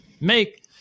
make